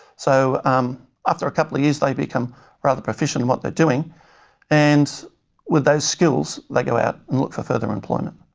so um after a couple of years they become rather proficient in what they're doing and with those skills they go out and look for further employment.